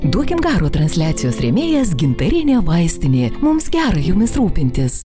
duokim garo transliacijos rėmėjas gintarinė vaistinė mums gera jumis rūpintis